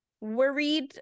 worried